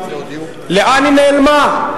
לאן היא נעלמה?